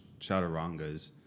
chaturangas